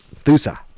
Thusa